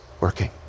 working